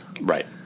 Right